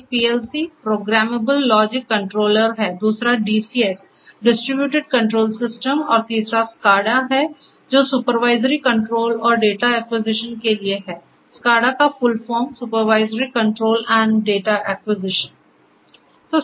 एक PLC programmable logic controller है दूसरा DCS डिस्ट्रीब्यूटेड कंट्रोल सिस्टम और तीसरा SCADA है जो सुपरवाइजरी कंट्रोल और डेटा एक्विजिशन के लिए हैSCADA का फुल फॉर्म है Supervisory Control and Data Acquisitions